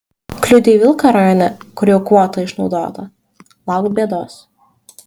kliudei vilką rajone kur jau kvota išnaudota lauk bėdos